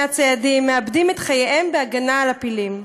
הציידים מאבדים את חייהם בהגנה על הפילים.